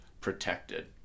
protected